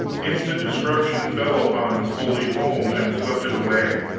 instant destruction fell upon this holy home and swept it away!